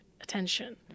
attention